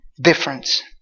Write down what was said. difference